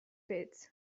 pits